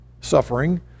suffering